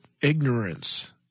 ignorance